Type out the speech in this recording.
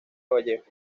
vallejo